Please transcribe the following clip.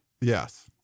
Yes